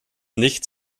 nicht